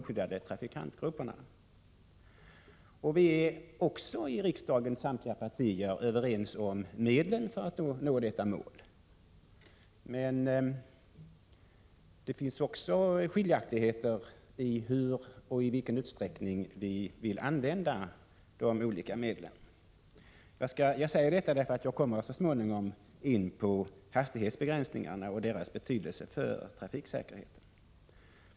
Samtliga partier i riksdagen är också överens om medlen för att nå detta mål. Men det finns också skiljaktigheter när det gäller hur och i vilken utsträckning vi vill använda de olika medlen. Jag säger detta för att jag så småningom kommer in på hastighetsbegränsningarna och deras betydelse för trafiksäkerheten.